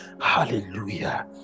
Hallelujah